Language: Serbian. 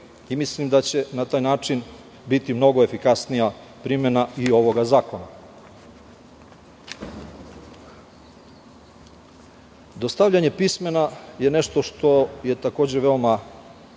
i mislim da će na taj način biti mnogo efikasnija primena i ovoga zakona. Dostavljanje pismena je nešto što je takođe veoma